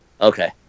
Okay